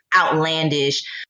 outlandish